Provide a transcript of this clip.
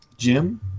Jim